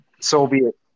Soviet